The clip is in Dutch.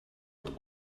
het